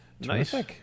Nice